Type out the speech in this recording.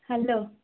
hello